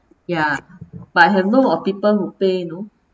ya but have know of people who pay you know